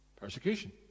Persecution